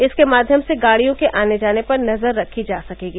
इसके माध्यम से गाड़ियों के आने जाने पर नजर रखी जा सकेगी